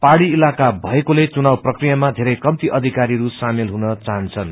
पाहाड़ी इलाका भएकोले चवुनाव प्रक्रियामा बेरै कम्ती अधिकारहरू सामेल हुन चाहन्छन्